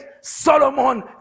Solomon